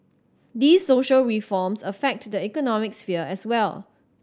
these social reforms affect the economic sphere as well